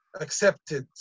accepted